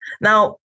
Now